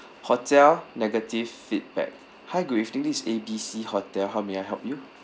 hotel negative feedback hi good evening this is A B C hotel how may I help you